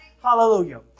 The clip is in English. Hallelujah